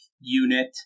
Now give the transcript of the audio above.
unit